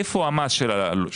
היכן ישולם המס של המלווה.